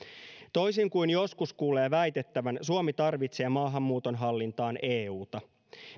toisin kuin joskus kuulee väitettävän suomi tarvitsee maahanmuuton hallintaan euta